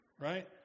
Right